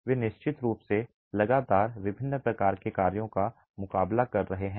वे निश्चित रूप से लगातार विभिन्न प्रकार के कार्यों का मुकाबला कर रहे हैं